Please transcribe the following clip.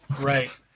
Right